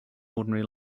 ordinary